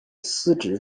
司职